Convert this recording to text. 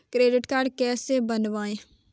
Credit card कैसे बनवाएँ?